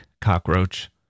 Cockroach